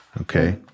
Okay